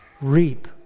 reap